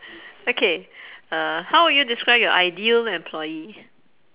okay uh how would you describe your ideal employee